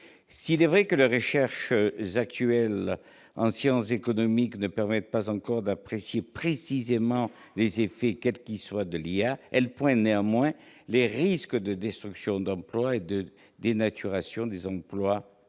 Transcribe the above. S'il est vrai que les recherches actuelles en sciences économiques ne permettent pas encore d'apprécier précisément les effets de l'IA, elles pointent néanmoins les risques de destruction d'emplois ou de dénaturation des emplois